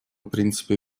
принципы